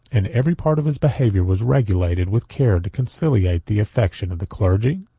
and every part of his behavior was regulated with care to conciliate the affection of the clergy,